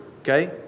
okay